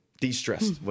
de-stressed